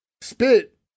Spit